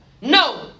No